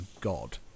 God